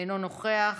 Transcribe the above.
אינו נוכח,